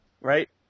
Right